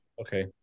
Okay